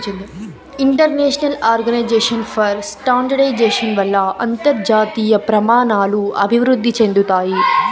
international organisation for standardisation వల్ల అంతర్జాతీయ ప్రమాణాలు అభివృద్ధి చెందుతాయి